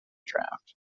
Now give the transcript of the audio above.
draft